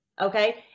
Okay